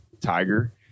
Tiger